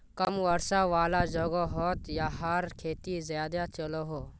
कम वर्षा वाला जोगोहोत याहार खेती ज्यादा चलोहो